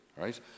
right